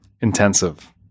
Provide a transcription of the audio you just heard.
intensive